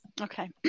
Okay